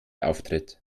auftritt